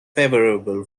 favourable